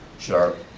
sharp,